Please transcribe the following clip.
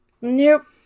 Nope